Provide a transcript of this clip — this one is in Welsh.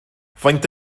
faint